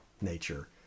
nature